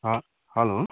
ह हेलो